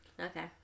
Okay